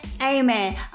Amen